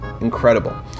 incredible